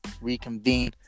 reconvene